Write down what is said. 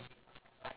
ya lor